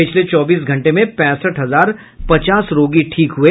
पिछले चौबीस घंटे में पैंसठ हजार पचास रोगी ठीक हए